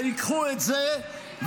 שייקחו את זה,